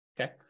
okay